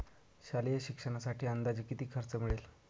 शालेय शिक्षणासाठी अंदाजे किती कर्ज मिळेल?